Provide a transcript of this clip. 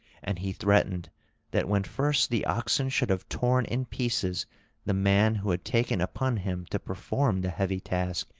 and he threatened that when first the oxen should have torn in pieces the man who had taken upon him to perform the heavy task,